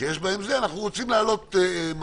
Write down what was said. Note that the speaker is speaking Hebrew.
שיש בהם בעיות, אנחנו רוצים להעלות מהלך.